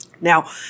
Now